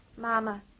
Mama